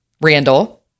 Randall